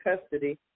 custody